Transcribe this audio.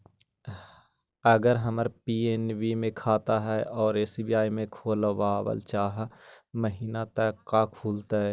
अगर हमर पी.एन.बी मे खाता है और एस.बी.आई में खोलाबल चाह महिना त का खुलतै?